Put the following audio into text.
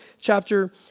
chapter